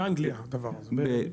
באנגליה הדבר הזה.